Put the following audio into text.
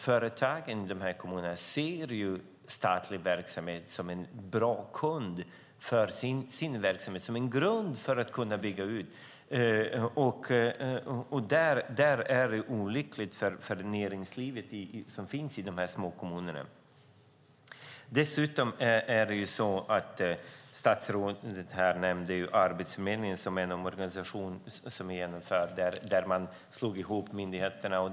Företagen i de här kommunerna ser statlig verksamhet som en bra kund och en grund för att kunna bygga ut sin verksamhet. Det är olyckligt för det näringsliv som finns i de här små kommunerna. Statsrådet nämnde Arbetsförmedlingen som ett exempel där man slog ihop myndigheter.